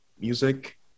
music